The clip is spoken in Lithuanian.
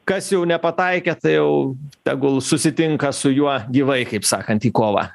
kas jau nepataikė tai jau tegul susitinka su juo gyvai kaip sakant į kovą